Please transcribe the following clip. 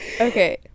Okay